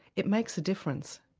it makes a difference,